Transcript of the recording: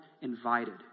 invited